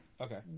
okay